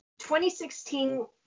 2016